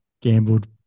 gambled